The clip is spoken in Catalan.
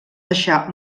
deixar